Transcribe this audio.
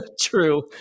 True